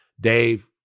Dave